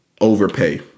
overpay